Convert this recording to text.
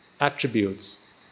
attributes